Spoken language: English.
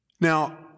Now